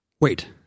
Wait